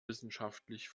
wissenschaftlich